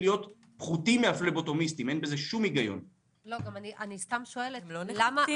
מ פלבוטומיסט ללמוד לעניין ביצוע פעולות בבית